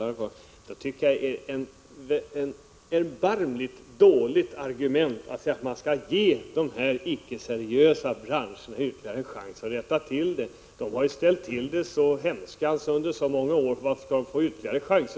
Jag tycker att det är ett erbarmligt dåligt argument att säga att man skall ge de icke-seriösa branscherna ytterligare en chans att rätta till sina fel. De har ju ställt till med så mycket under så många år. Varför skall de då få ytterligare chanser?